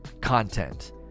content